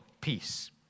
peace